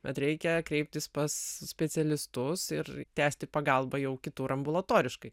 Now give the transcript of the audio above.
bet reikia kreiptis pas specialistus ir tęsti pagalbą jau kitų ir ambulatoriškai